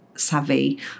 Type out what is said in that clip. savvy